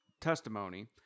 testimony